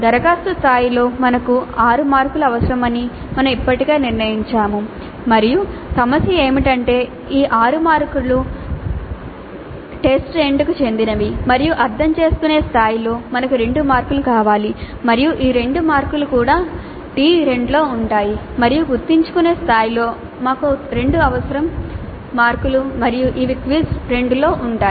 దరఖాస్తు స్థాయిలో మనకు 6 మార్కులు అవసరమని మేము ఇప్పటికే నిర్ణయించాము మరియు సమస్య ఏమిటంటే ఈ 6 మార్కులు టి 2 కి చెందినవి మరియు అర్థం చేసుకునే స్థాయిలో మాకు 2 మార్కులు కావాలి మరియు ఈ 2 మార్కులు కూడా టి 2 లో ఉంటాయి మరియు గుర్తుంచుకునే స్థాయిలో మాకు 2 అవసరం మార్కులు మరియు ఇవి క్విజ్ 2 లో ఉంటాయి